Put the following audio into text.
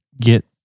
get